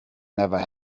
never